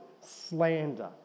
slander